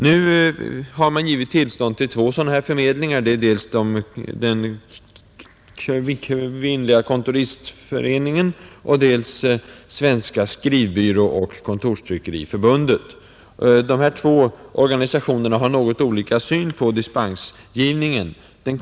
Nu har man givit tillstånd till två sådana förmedlingar, Kvinnliga kontoristföreningen och Svenska skrivbyråoch kontorstryckeriförbundet. Dessa två organisationer har något olika syn på dispensgivningen.